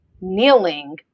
kneeling